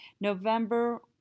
November